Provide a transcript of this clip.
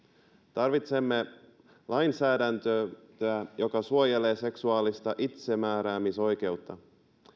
tarvitsemme lainsäädäntöä joka suojelee seksuaalista itsemääräämisoikeutta